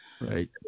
right